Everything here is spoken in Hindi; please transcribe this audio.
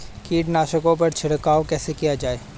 कीटनाशकों पर छिड़काव कैसे किया जाए?